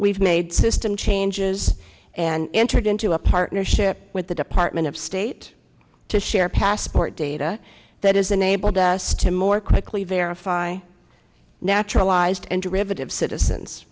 we've made system changes and entered into a partnership with the department of state to share passport data that is enabled us to more quickly verify naturalized